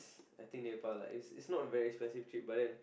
I think Nepal lah it's it's not a very expensive trip but then